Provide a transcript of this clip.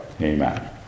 Amen